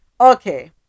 Okay